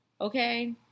okay